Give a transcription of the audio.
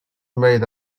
made